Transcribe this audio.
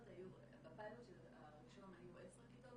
בפיילוט הראשון היו 10 כיתות,